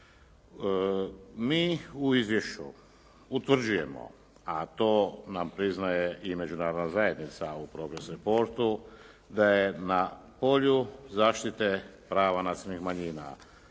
Mi u izvješću utvrđujemo, a to nam priznaje i Međunarodna zajednica u progress reportu da je na polju zaštite prava nacionalnih manjina,